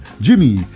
Jimmy